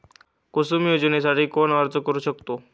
कुसुम योजनेसाठी कोण अर्ज करू शकतो?